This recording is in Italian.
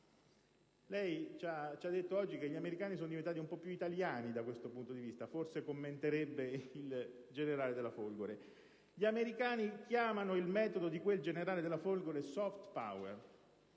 Lei ci ha detto oggi che gli americani sono diventati un po' più italiani da questo punto di vista (forse commenterebbe così il generale della Folgore). Gli americani chiamano il metodo di quel generale della Folgore *soft power*.